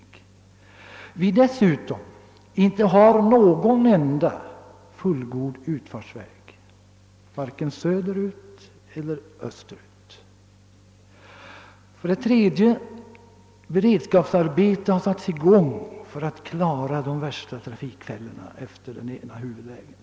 Dessutom finns ju i det aktuella området inte någon enda fullgod utfartsväg, vare sig söderut eller österut. Beredskapsarbeten har satts i gång för att klara de värsta trafikfällorna efter den ena huvudvägen.